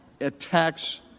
attacks